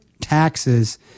taxes